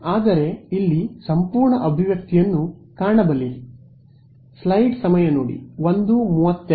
ಆದರೆ ಇಲ್ಲಿ ಸಂಪೂರ್ಣ ಅಭಿವ್ಯಕ್ತಿಯನ್ನು ಇಲ್ಲಿ ಕಾಣಬಲ್ಲಿರಿ